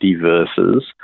verses